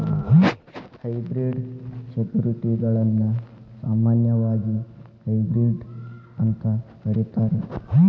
hybrid ಸೆಕ್ಯುರಿಟಿಗಳನ್ನ ಸಾಮಾನ್ಯವಾಗಿ hybrid ಅಂತ ಕರೇತಾರ